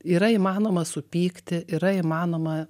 yra įmanoma supykti yra įmanoma